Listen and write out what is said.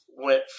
went